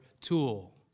tool